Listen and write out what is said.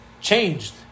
changed